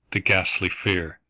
the ghastly fear,